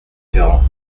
ferrand